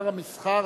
שמע,